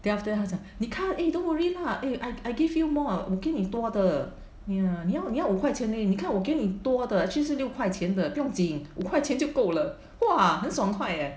then after then 他讲你看 eh don't worry lah eh I I give you more lah 我给你很多的你要你要五块钱而已你看我给你很多的其实六块钱的不用紧五块钱就够了 !wah! 很爽快 leh